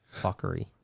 Fuckery